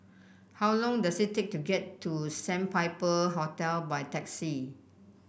how long does it take to get to Sandpiper Hotel by taxi